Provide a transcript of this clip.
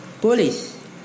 police